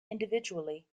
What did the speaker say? individually